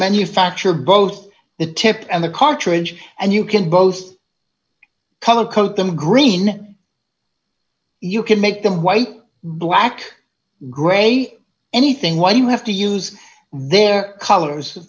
manufacture both the tip and the cartridge and you can both pollock them green you can make them white black grey anything why you have to use their colors